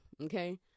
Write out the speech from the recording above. Okay